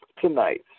tonight